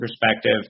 perspective